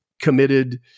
committed